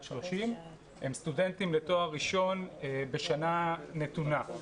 30 הם סטודנטים לתואר ראשון בשנה נתונה,